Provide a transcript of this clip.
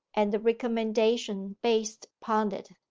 and the recommendation based upon it.